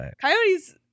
Coyotes